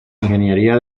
ingeniería